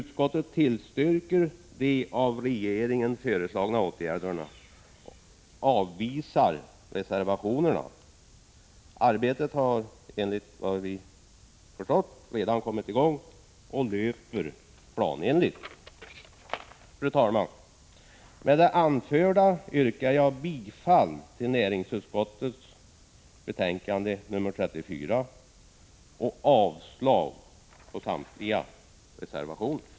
Utskottet tillstyrker de av regeringen föreslagna åtgärderna och avvisar de förslag som framförs i reservationerna. Arbetet har enligt vad vi förstått redan kommit i gång och löper planenligt. Fru talman! Med det anförda yrkar jag bifall till näringsutskottets hemställan i betänkandet nr 34 och avslag på samtliga reservationer.